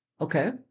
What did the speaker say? okay